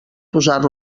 posar